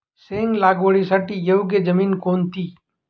शेंग लागवडीसाठी योग्य जमीन कोणती?